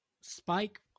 spike